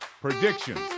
predictions